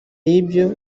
y’ibyo